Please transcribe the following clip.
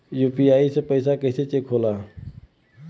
UPI से पैसा कैसे चेक होला?